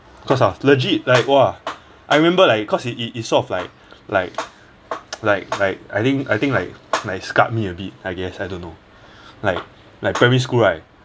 cause of legit like !wah! I remember like cause it it sort of like like like like I think I think like might scarred me a bit I guess I don't know like like primary school right